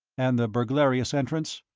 and the burglarious entrance?